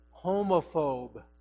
homophobe